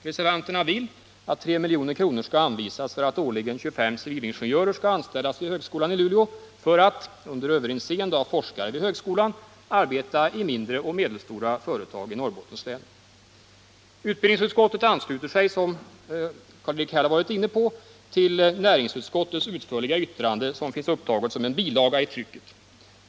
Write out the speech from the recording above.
Reservanterna vill att 3 milj.kr. skall anvisas för att årligen 25 civilingenjörer skall kunna anställas vid högskolan, vilka skäll — under överinseende av forskare vid högskolan — arbeta i mindre och medelstora företag i Norrbottens län. Utbildningsutskottet ansluter sig — Karl-Erik Häll har varit inne på det - till näringsutskottets utförliga yttrande, som finns upptaget som en bilaga i trycket.